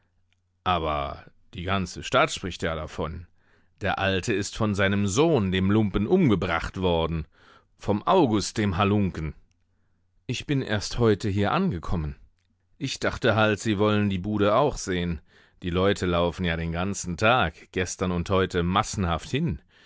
aber die ganze stadt spricht ja davon der alte ist von seinem sohn dem lumpen umgebracht worden vom august dem halunken ich bin erst heute hier angekommen ich dachte halt sie wollen die bude auch sehen die leute laufen ja den ganzen tag gestern und heute massenhaft hin